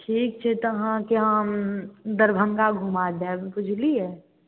ठीक छै तऽ अहाँके हम दरभङ्गा घुमा देब बुझलियै